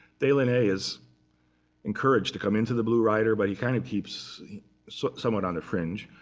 delaunay is encouraged to come into the blue rider, but he kind of keeps so somewhat on the fringe.